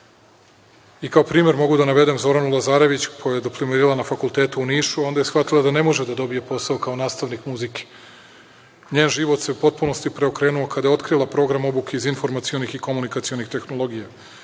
primer mogu da navedem Zoranu Lazarević koja je doktorirala na fakultetu u Nišu, a onda je shvatila da ne može da dobije posao kao nastavnik muzike. Njen život se u potpunosti preokrenuo kada je otkrila program obuke iz informacionih i komunikacionih tehnologija.